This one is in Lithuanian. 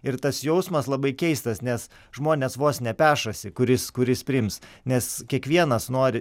ir tas jausmas labai keistas nes žmonės vos ne pešasi kuris kuris priims nes kiekvienas nori